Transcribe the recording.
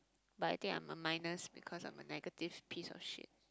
but I think I'm a minus because I'm a negative piece of shit